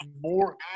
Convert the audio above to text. more